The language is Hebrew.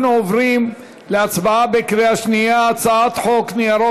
אנחנו עוברים להצבעה בקריאה שנייה.